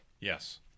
Yes